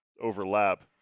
overlap